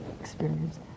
experience